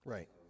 Right